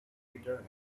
bitter